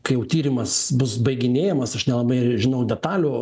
kai jau tyrimas bus baiginėjamas aš nelabai žinau detalių